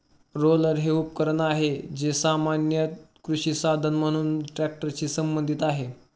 roller हे एक उपकरण आहे, जे सामान्यत कृषी साधन म्हणून ट्रॅक्टरशी संबंधित आहे